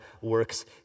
works